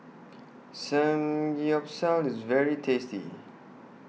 Samgyeopsal IS very tasty